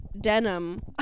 denim